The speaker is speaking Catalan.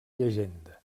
llegenda